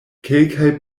kelkaj